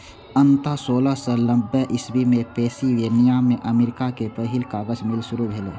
अंततः सोलह सय नब्बे इस्वी मे पेंसिलवेनिया मे अमेरिका के पहिल कागज मिल शुरू भेलै